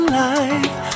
life